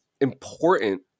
important